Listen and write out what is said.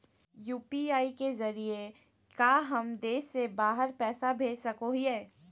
UPI के जरिए का हम देश से बाहर पैसा भेज सको हियय?